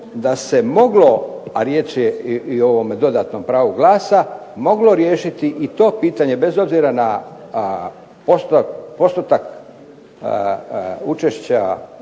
da se moglo, a riječ je o dodatnom pravu glasa moglo riješiti to pitanje bez obzira na postotak učešća